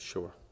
Sure